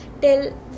till